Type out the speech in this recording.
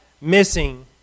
missing